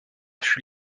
fut